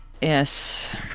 Yes